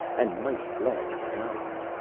and mighty glad to get out of it.